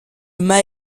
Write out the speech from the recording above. mae